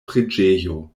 preĝejo